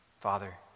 Father